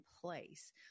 place